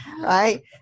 right